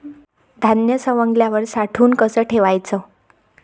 धान्य सवंगल्यावर साठवून कस ठेवाच?